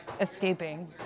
escaping